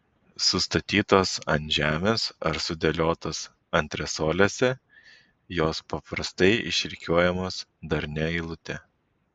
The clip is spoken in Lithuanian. sustatytos ant žemės ar sudėliotos antresolėse jos paprastai išrikiuojamos darnia eilute